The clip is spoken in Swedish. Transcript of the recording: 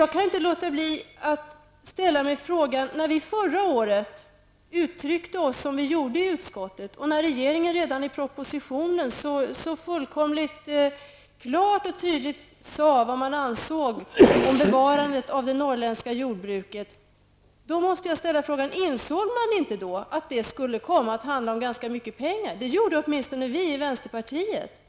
Med tanke på att vi förra året i utskottet uttryckte oss så som vi gjorde och med tanke på att regeringen redan i propositionen fullkomligt klart och tydligt redovisade vad man ansåg om bevarandet av det norrländska jordbruket, måste jag ställa frågan: Insåg socialdemokraterna inte då att det skulle komma att handla om ganska mycket pengar? Det gjorde åtminstone vi i vänsterpartiet.